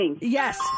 Yes